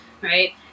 right